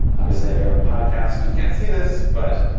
obviously if you're on the podcast, you can't see this, but